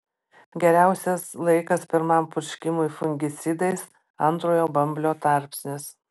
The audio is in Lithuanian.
geriausias laikas pirmam purškimui fungicidais antrojo bamblio tarpsnis